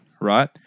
Right